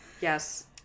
yes